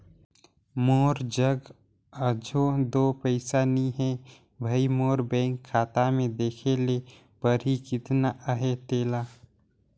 मोर जग अझो दो पइसा नी हे भई, मोर बेंक खाता में देखे ले परही केतना अहे तेला